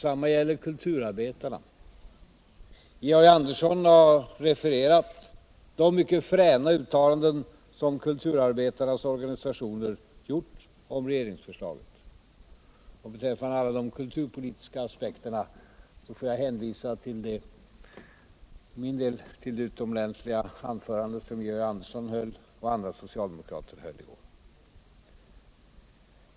Detsamma gäller kulturarbetarna. Georg Andersson har refererat de mycket fråna uttalanden som kulturarbetarnas organisationer gjort om regeringsförslaget, och beträffande alla de kulturpolitiska aspekterna får jag för min del hänvisa till de utomordentliga anföranden som Georg Andersson och andra socialdemokrater höll i går.